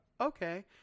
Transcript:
Okay